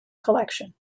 collection